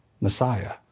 Messiah